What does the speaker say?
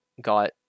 got